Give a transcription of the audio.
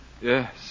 Yes